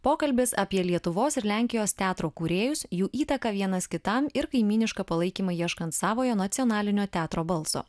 pokalbis apie lietuvos ir lenkijos teatro kūrėjus jų įtaką vienas kitam ir kaimynišką palaikymą ieškant savojo nacionalinio teatro balso